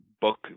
book